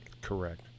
Correct